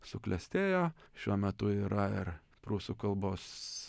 suklestėjo šiuo metu yra ir prūsų kalbos